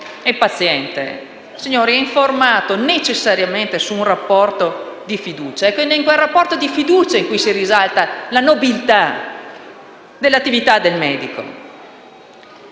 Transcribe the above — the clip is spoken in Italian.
e paziente è informato necessariamente su un rapporto di fiducia, ed è in quel rapporto di fiducia che risalta la nobiltà dell'attività del medico.